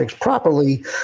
properly